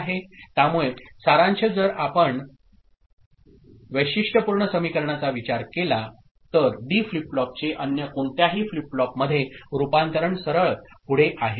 त्यामुळे सारांश जर आपण वैशिष्ट्यपूर्ण समीकरणाचा विचार केला तर डी फ्लिप फ्लॉपचे अन्य कोणत्याही फ्लिप फ्लॉपमध्ये रूपांतरण सरळ पुढे आहे